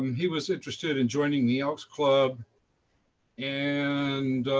he was interested in joining the elks club and